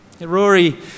Rory